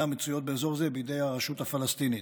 נמצאות באזור זה בידי הרשות הפלסטינית.